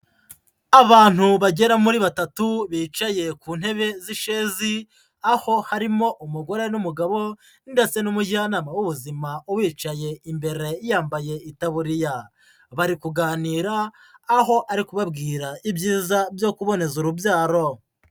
Abantu bagera muri batatu bicaye ku ntebe z'ishezi aho harimo umugore n'umugabo ndetse n'umujyanama w'ubuzima wicaye imbere yambaye itaburiya bari kuganira aho ari kubabwira ibyiza byo kuboneza urubyaro.